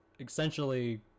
essentially